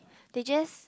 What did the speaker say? they just